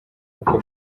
uko